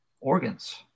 organs